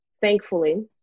thankfully